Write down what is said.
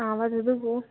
वदतु भोः